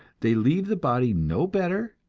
they leave the body no better,